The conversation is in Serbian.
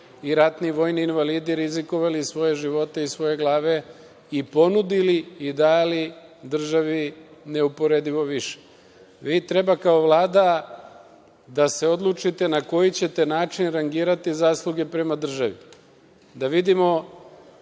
i ratni vojni invalidi rizikovali svoje živote i svoje glave i ponudili i dali državi neuporedivo više. Vi treba kao Vlada da se odlučite na koji ćete način rangirati zasluge prema državi, da vidimo